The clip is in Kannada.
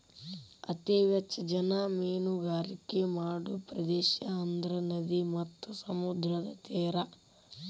ಅತೇ ಹೆಚ್ಚ ಜನಾ ಮೇನುಗಾರಿಕೆ ಮಾಡು ಪ್ರದೇಶಾ ಅಂದ್ರ ನದಿ ಮತ್ತ ಸಮುದ್ರದ ತೇರಾ